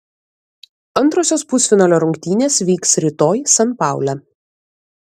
antrosios pusfinalio rungtynės vyks rytoj san paule